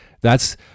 That's-